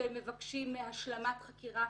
והם מבקשים השלמת חקירה.